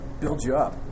build-you-up